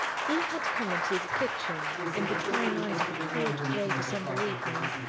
he had come into the kitchen, in the twilight of a cold, gray december evening,